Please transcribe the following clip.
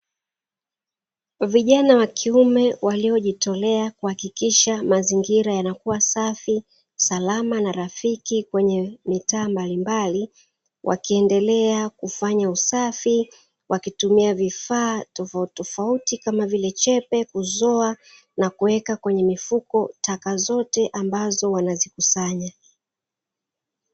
Vijana wa kiume waliojitolea kuhakikisha mazingira yanakuwa safi, salama na rafiki kwenye mitaa mbalimbali wakiendelea kufanya usafi wakitumia vifaa tofauti kama vile chepe kuzoa na kuweka kwenye mifuko taka zote wanazozikusanya.